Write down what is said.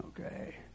Okay